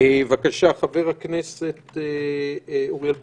בבקשה, חבר הכנסת אוריאל בוסו.